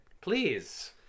Please